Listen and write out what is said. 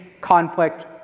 conflict